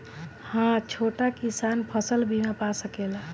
हा छोटा किसान फसल बीमा पा सकेला?